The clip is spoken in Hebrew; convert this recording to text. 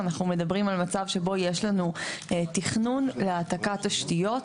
אנחנו מדברים על מצב שבו יש לנו תכנון להעתקת תשתיות,